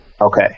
Okay